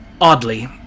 Oddly